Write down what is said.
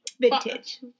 Vintage